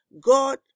God